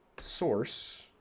source